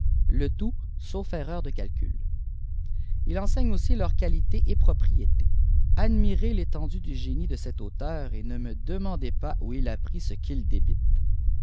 le tout sauf erreur de calcul il enseigne aussi leurs qualiiést propriétés admirez téténdue du ffénie de cet auteur et ne me demandez pas où il a pris ce qu'il débite